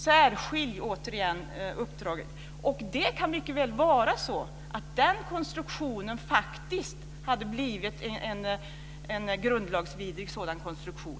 Särskilj uppdraget, återigen. Det kan mycket väl vara så att den konstruktionen faktiskt hade blivit en grundlagsvidrig konstruktion.